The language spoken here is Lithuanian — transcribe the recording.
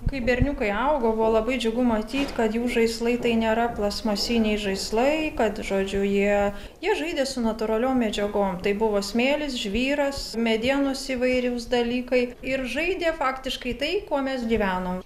kai berniukai augo buvo labai džiugu matyt kad jų žaislai tai nėra plastmasiniai žaislai kad žodžiu jie jie žaidė su natūraliom medžiagom tai buvo smėlis žvyras medienos įvairios dalykai ir žaidė faktiškai tai kuo mes gyvenom